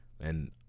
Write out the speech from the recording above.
And-